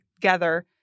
together